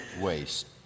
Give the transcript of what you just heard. waste